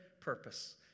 purpose